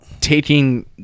taking